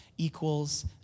Equals